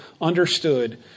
understood